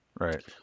right